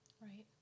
Right